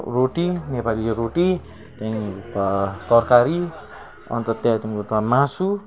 रोटी नेपाली रोटी त्यहाँदेखिन् त तरकारी अन्त त्यहाँदेखि उता मासु